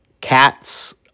cats